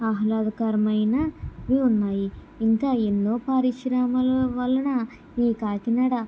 ఆహ్లాదకరమైనవి ఉన్నాయి ఇంకా ఎన్నో పరిశ్రమల వలన ఈ కాకినాడ